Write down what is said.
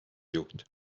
juht